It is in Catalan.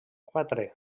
quatre